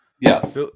yes